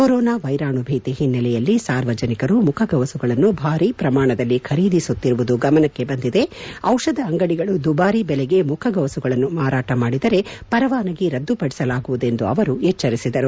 corona ವೈರಾಣು ಭೀತಿ ಒನ್ನೆಲೆಯಲ್ಲಿ ಸಾರ್ವಜನಿಕರು ಮುಖಗವಸುಗಳನ್ನು ಭಾರೀ ಪ್ರಮಾಣದಲ್ಲಿ ಖರೀದಿಸುತ್ತಿರುವುದು ಗಮನಕ್ಕೆ ಬಂದಿದೆ ಔಷಧ ಅಂಗಡಿಗಳು ದುಬಾರಿ ಬೆಲೆಗೆ ಮುಖಗವಸುಗಳನ್ನು ಮಾರಾಟ ಮಾಡಿದರೆ ಪರವಾನಗಿ ರದ್ದುಪಡಿಸಲಾಗುವುದು ಎಂದು ಆವರು ಎಚ್ಚರಿಸಿದರು